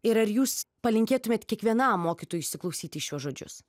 ir ar jūs palinkėtumėt kiekvienam mokytojui įsiklausyti į šiuos žodžius